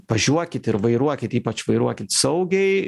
važiuokit ir vairuokit ypač vairuokit saugiai